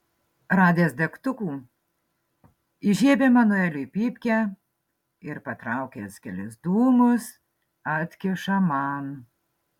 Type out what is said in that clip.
radęs degtukų įžiebia manueliui pypkę ir patraukęs kelis dūmus atkiša man